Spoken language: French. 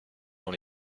dans